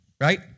right